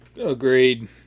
Agreed